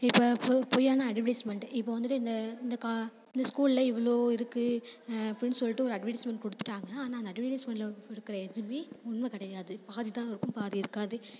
இப்போ பொ பொய்யான அட்வடைஸ்மென்ட்டு இப்போ வந்துட்டு இந்த இந்த கா இந்த ஸ்கூலில் இவ்வளோ இருக்குது அப்படின் சொல்லிட்டு ஒரு அட்வடைஸ்மென்ட் கொடுத்துட்டாங்க ஆனால் அந்த அட்வர்டைஸ்மென்டில் கொடுக்கற எதுவும் உண்மை கிடையாது பாதி தான் இருக்கும் பாதி இருக்காது